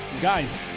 Guys